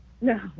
No